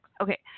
Okay